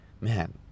Man